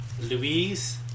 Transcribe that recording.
Louise